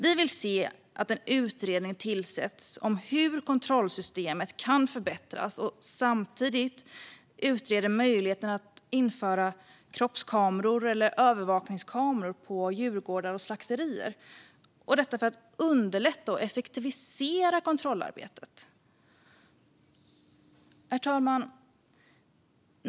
Vi vill se att en utredning tillsätts om hur kontrollsystemet kan förbättras och att vi samtidigt utreder möjligheten att införa kroppskameror eller övervakningskameror på djurgårdar och slakterier, för att underlätta och effektivisera kontrollarbetet. Herr talman!